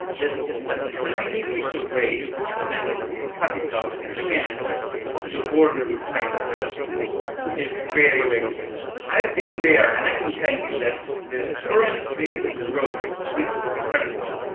there's just a tiny piece of rail which connects the capital vientiane to the border with thailand which is very very small. i've been there and i can tell you that the current state of the roads is terrible,